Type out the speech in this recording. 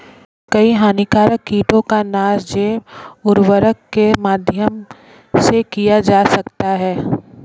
कई हानिकारक कीटों का नाश जैव उर्वरक के माध्यम से किया जा सकता है